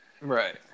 Right